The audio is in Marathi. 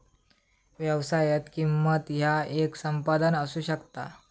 व्यवसायात, किंमत ह्या येक संपादन असू शकता